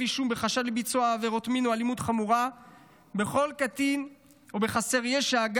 אישום בחשד לביצוע עבירות מין או אלימות חמורה בכל קטין ובחסר ישע,